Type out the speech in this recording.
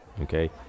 okay